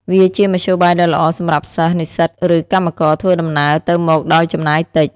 វាជាមធ្យោបាយដ៏ល្អសម្រាប់សិស្ស និស្សិតឬកម្មករធ្វើដំណើរទៅមកដោយចំណាយតិច។